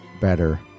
better